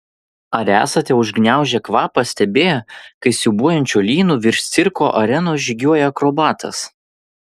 ar esate užgniaužę kvapą stebėję kai siūbuojančiu lynu virš cirko arenos žygiuoja akrobatas